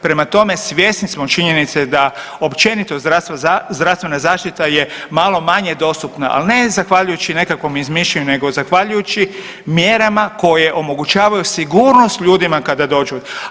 Prema tome, svjesni smo činjenice da općenito zdravstvena zaštita je malo manje dostupna, ali ne zahvaljujući nekakvom izmišljanju nego zahvaljujući mjerama koje omogućavaju sigurnost ljudima kada dođu.